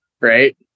Right